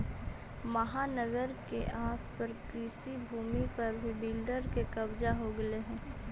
महानगर के आस पास कृषिभूमि पर भी बिल्डर के कब्जा हो गेलऽ हई